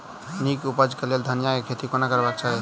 नीक उपज केँ लेल धनिया केँ खेती कोना करबाक चाहि?